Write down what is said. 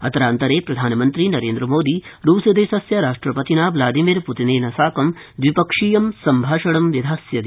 अत्रान्तरे प्रधानमन्त्री नरेन्द्रमोदी रूसदेशस्य राष्ट्र तिना ब्लादिमिर तिनेन साकं द्वि क्षीयं सम्भाषणं विधास्यति